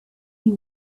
they